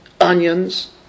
onions